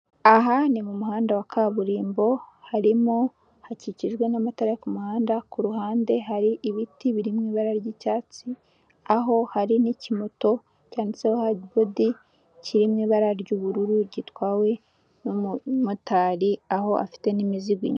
Aha ni mu muhanda wa kaburimbo, harimo, hakikijwe n'amatara yo ku muhanda, ku ruhande hari ibiti biri mu ibara ry'icyatsi, aho hari n'ikimoto cyanditseho hadi bodi kiri mu ibara ry'ubururu gitwawe n'umumotari, aho afite n'imizigo.